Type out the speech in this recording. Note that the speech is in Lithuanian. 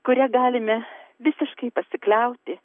kurią galime visiškai pasikliauti